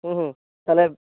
হুম হুম তাহলে